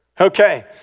Okay